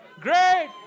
great